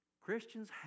Christians